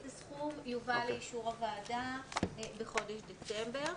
הסכום יובא לאישור הוועדה בחודש ספטמבר,